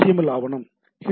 L ஆவணம் H